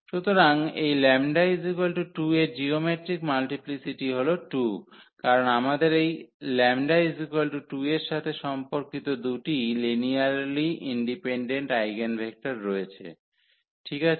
সুতরাং এই 𝜆 2 এর জিওমেট্রিক মাল্টিপ্লিসিটি হল 2 কারণ আমাদের এই λ2 এর সাথে সম্পর্কিত দুটি লিনিয়ারলি ইন্ডিপেনডেন্ট আইগেনভেক্টর রয়েছে ঠিক আছে